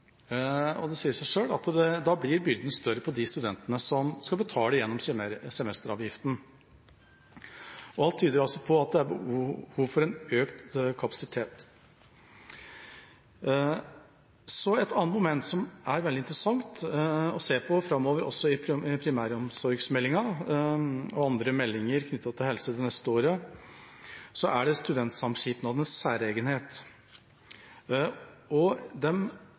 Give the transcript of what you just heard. foretak. Det sier seg selv at da blir byrdene større på de studentene som skal betale dette gjennom semesteravgiften. Alt tyder på at det er behov for økt kapasitet. Et annet moment som det er veldig interessant å se på framover i forbindelse med primæromsorgsmeldingen og andre meldinger knyttet til helse det neste året, er studentsamskipnadenes særegenhet. De organiserer i dag et ganske vellykket velferds- og